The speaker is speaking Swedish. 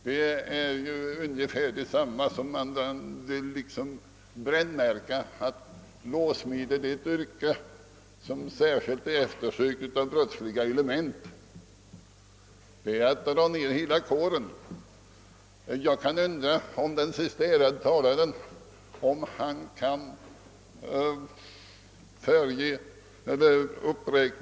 Det är ju ungefär detsamma som att brännmärka låssmedsyrket och göra gällande att detta yrke i särskilt hög grad drar till sig brottsliga element.